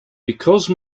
because